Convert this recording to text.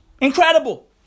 Incredible